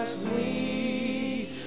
sweet